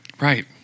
Right